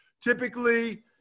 typically